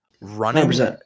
Running